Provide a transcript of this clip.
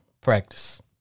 Practice